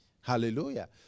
Hallelujah